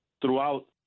throughout